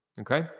okay